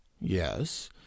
Yes